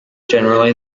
generally